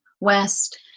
west